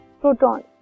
proton